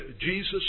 Jesus